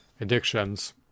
addictions